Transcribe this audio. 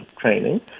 training